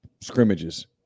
scrimmages